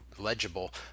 legible